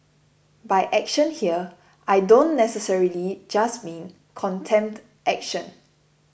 by action here I don't necessarily just mean contempt action